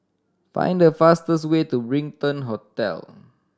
find the fastest way to Brighton Hotel